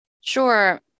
Sure